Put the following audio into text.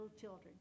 Children